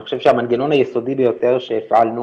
אני חושב שהמנגנון היסודי ביותר שהפעלנו